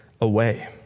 away